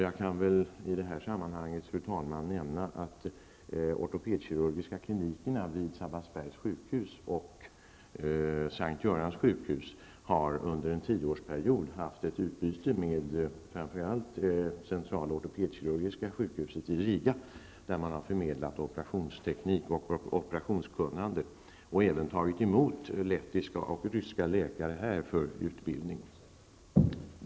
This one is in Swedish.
Jag kan i det här sammanhanget nämna att ortopedkirurgiska klinikerna vid Sabbatsbergs sjukhus och S:t Görans sjukhus under en tioårsperiod har haft ett utbyte med framför allt centralortopedkirurgiska sjukhuset i Riga. Man har förmedlat operationsteknik och operationskunnande och även tagit emot lettiska och ryska läkare för utbildning.